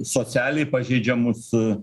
socialiai pažeidžiamus